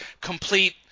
complete